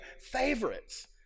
favorites